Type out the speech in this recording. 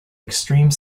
extreme